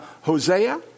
Hosea